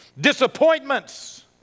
disappointments